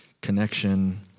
connection